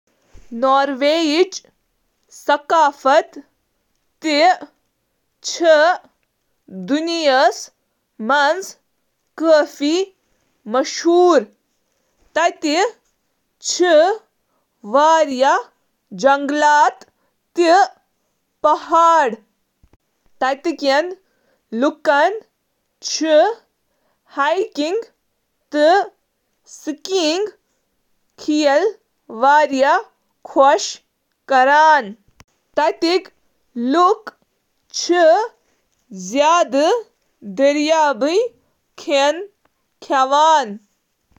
Norway منٛز چُھ اکھ بھرپور ثقافت یتھ منٛز شٲمل: لوک داستانہٕ تہٕ دلیلہٕ ونن، بوناڈس: ناروے ہنٛد قومی لباس، بناڈ چُھ اکھ علامتی لباس یُس نسلن جوڑان چُھ۔ نارویجین ثقافتس منٛز، کنہہ ساری کھوتہٕ اہم اقدار چِھ رواداری، احترام تہٕ مساوات۔